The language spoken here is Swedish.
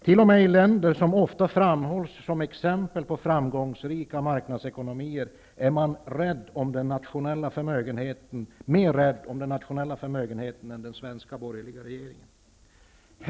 T.o.m. i länder som ofta framhålls som exempel på länder med en framgångsrik marknadsekonomi är man mer rädd om den nationella förmögenheten än den svenska borgerliga regeringen är.